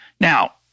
Now